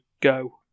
go